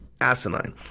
asinine